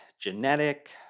genetic